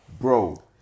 Bro